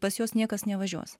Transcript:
pas juos niekas nevažiuos